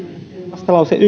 vastalauseen